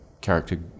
character